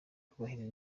kubahiriza